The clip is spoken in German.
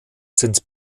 sind